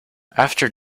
after